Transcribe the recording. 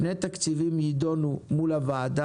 שני תקציבים יידונו מול הוועדה